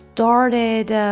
Started